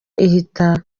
ihitana